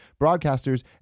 broadcasters